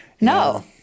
no